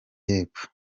y’epfo